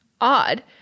odd